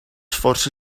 força